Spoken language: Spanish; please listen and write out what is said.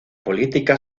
política